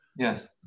Yes